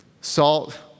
Salt